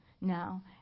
now